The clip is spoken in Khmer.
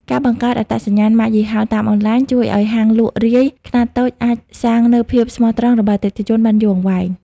ការបង្កើត អត្តសញ្ញាណម៉ាកយីហោតាមអនឡាញ ជួយឱ្យហាងលក់រាយខ្នាតតូចអាចសាងនូវភាពស្មោះត្រង់របស់អតិថិជនបានយូរអង្វែង។